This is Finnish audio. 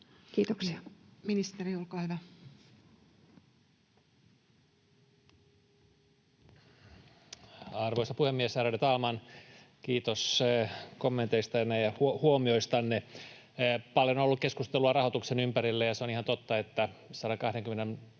laeiksi Time: 18:42 Content: Arvoisa puhemies, ärade talman! Kiitos kommenteistanne ja huomioistanne. Paljon on ollut keskustelua rahoituksen ympärillä, ja se on ihan totta, että 120